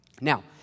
Now